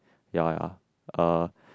ya ya uh